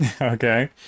Okay